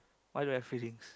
why do I have free things